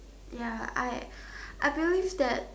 ya I I believe that